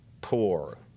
poor